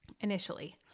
initially